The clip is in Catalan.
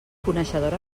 coneixedora